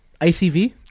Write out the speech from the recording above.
ICV